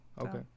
Okay